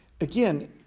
again